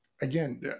again